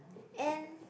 and